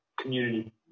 community